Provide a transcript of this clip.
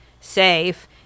safe